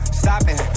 stopping